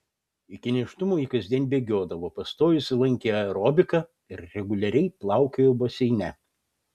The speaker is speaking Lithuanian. iki nėštumo ji kasdien bėgiodavo pastojusi lankė aerobiką ir reguliariai plaukiojo baseine